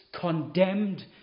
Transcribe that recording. condemned